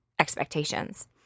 expectations